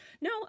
no